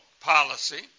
policy